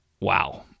Wow